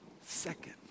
second